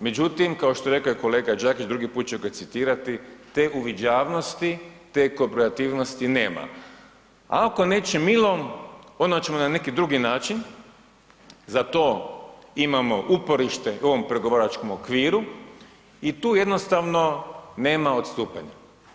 međutim kao što je rekao i kolega Đakić, drugi put ću ga citirati, te uviđavnosti, te kooperativnosti nema, a ako neće milom onda ćemo na neki drugi način, za to imamo uporište u ovom pregovaračkom okviru i tu jednostavno nema odstupanja.